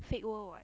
fake world [what]